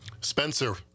Spencer